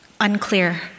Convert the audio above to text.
unclear